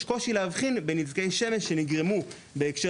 יש קושי להבחין בין נזקי שמש שנגרמו בהקשר